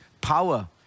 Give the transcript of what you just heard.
power